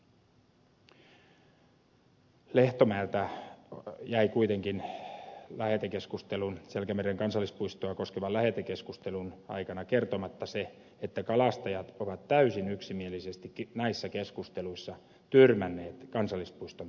ministeri lehtomäeltä jäi kuitenkin selkämeren kansallispuistoa koskevan lähetekeskustelun aikana kertomatta se että kalastajat ovat täysin yksimielisesti näissä keskusteluissa tyrmänneet kansallispuiston perustamisen